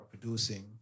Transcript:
producing